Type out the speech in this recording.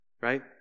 right